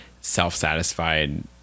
self-satisfied